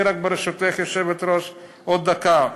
אני רק, ברשותך, היושבת-ראש, עוד דקה.